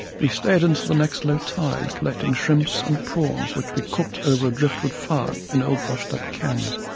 we stayed until the next low tide, collecting shrimps and prawns which we cooked over a driftwood fire in old washed-up cans.